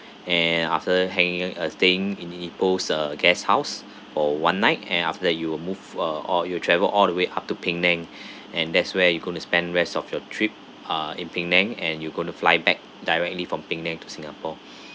and after hanging uh staying in ipoh uh guesthouse for one night and after you will move uh or you travel all the way up to penang and there's where you going to spend rest of your trip ah in penang and you going to fly back directly from penang to singapore